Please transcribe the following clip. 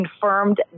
confirmed